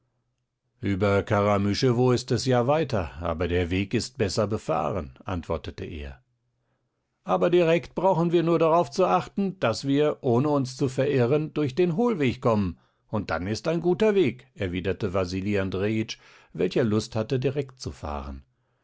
über karamüschewo ist es ja weiter aber der weg ist besser befahren antwortete er aber direkt brauchen wir nur darauf zu achten daß wir ohne uns zu verirren durch den hohlweg kommen und dann ist guter weg erwiderte wasili andrejitsch welcher lust hatte direkt zu fahren